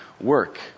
work